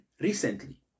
recently